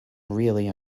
really